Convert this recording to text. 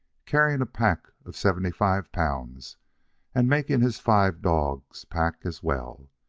carrying a pack of seventy-five pounds and making his five dogs pack as well,